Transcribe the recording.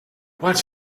what